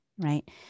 right